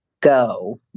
go